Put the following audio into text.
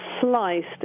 sliced